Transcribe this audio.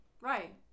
Right